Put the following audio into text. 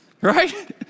Right